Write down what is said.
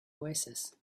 oasis